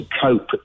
cope